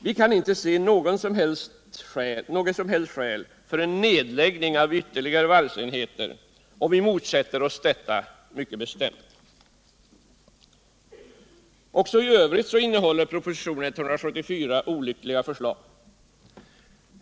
Vi kan inte se något som helst skäl för en nedläggning av ytterligare varvsenheter, och vi motsätter oss detta mycket bestämt. Också i övrigt innehåller propositionen 174 olyckliga förslag.